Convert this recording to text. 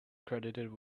credited